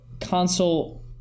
console